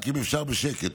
רק אם אפשר בשקט,